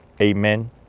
Amen